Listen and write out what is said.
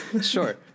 sure